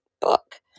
book